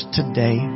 today